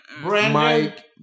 Mike